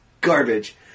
garbage